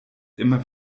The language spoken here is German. immer